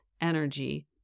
energy